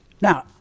Now